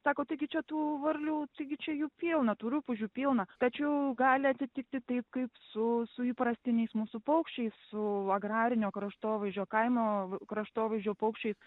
sako taigi čia tų varlių taigi čia jų pilna tų rupūžių pilna tačiau gali atsitikti taip kaip su su įprastiniais mūsų paukščiais su agrarinio kraštovaizdžio kaimo kraštovaizdžio paukščiais